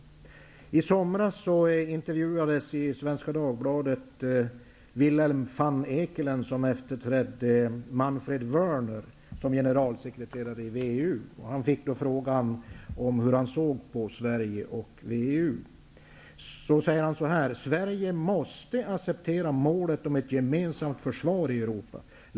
I somras intervjuades i Svenska Dagbladet Willem van Eekelen, som efterträdde Manfred Wörner som generalsekreterare i WEU. Han fick frågan hur han såg på Sverige och WEU. Det här står att läsa: ''Sverige måste acceptera målet om ett gemensamt försvar i Europa.